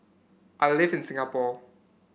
I live in Singapore